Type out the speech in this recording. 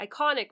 iconic